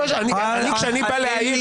כשאני בא להעיר --- אדוני,